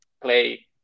play